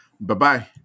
Bye-bye